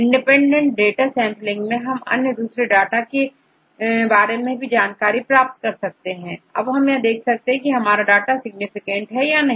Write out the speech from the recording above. independent data की sampling कर आप दूसरे अन्य डाटा के बारे में की जानकारी प्राप्त कर सकते हैं और यह देख सकते हैं कि आपका डाटा सिग्निफिकेंट है या नहीं